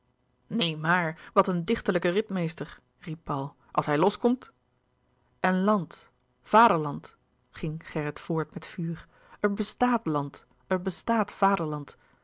neen maar wat een dichterlijke ritmeester riep paul als hij los komt en land vaderland ging gerrit voort met vuur er bestaàt land er bestaat vaderland